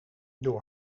door